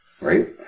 Right